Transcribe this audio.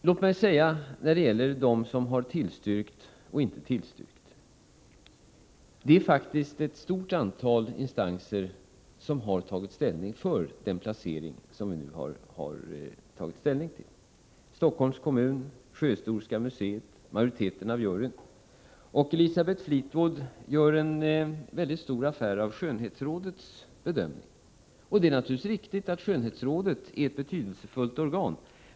Låt mig säga beträffande frågan om vilka som har tillstyrkt och vilka som inte gjort det att det faktiskt är ett stort antal instanser som har tagit ställning för den placering som nu är aktuell. Det har bl.a. varit Stockholms kommun, Elisabeth Fleetwood gör en stor affär av skönhetsrådets bedömning, och det är riktigt att skönhetsrådet är ett betydelsefullt organ.